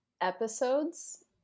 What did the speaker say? episodes